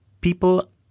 people